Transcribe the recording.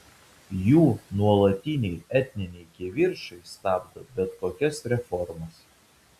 jų nuolatiniai etniniai kivirčai stabdo bet kokias reformas